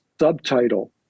subtitle